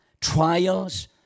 Trials